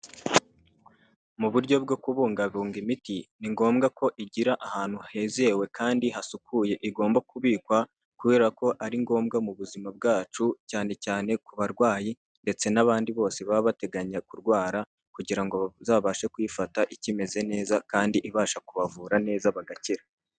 Mu buryo bwo kubungabunga imiti ni ngombwa ko igira ahantu hizewe kandi hasukuye igomba kubikwa kubera ko ari ngombwa mu buzima bwacu cyane cyane ku barwayi ndetse n'abandi bose baba bateganya kurwara kugira ngo bazabashe kuyifata ikimeze neza kandi ibasha kubavura neza bagakira.